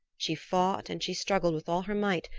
she fought and she struggled with all her might,